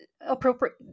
appropriate